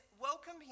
Welcome